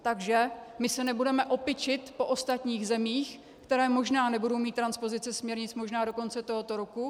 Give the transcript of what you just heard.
Takže my se nebudeme opičit po ostatních zemích, které možná nebudou mít transpozice směrnic do konce tohoto roku.